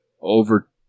over